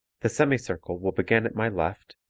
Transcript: the semi-circle will begin at my left,